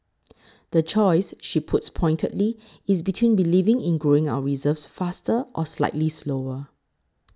the choice she puts pointedly is between believing in growing our reserves faster or slightly slower